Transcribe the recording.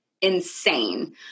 insane